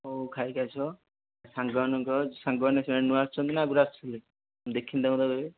ହେଉ ଖାଇକି ଆସିବ ସାଙ୍ଗମାନଙ୍କୁ କହିବ ସାଙ୍ଗମାନେ ସେମାନେ ନୂଆ ଆସୁଛନ୍ତି ନା ଆଗରୁ ଆସିଥିଲେ ଦେଖିନାହିଁ ତାଙ୍କୁ ତ କେବେ